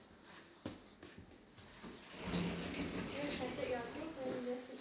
okay tell me the questions that you have on the cards that you have not asked yet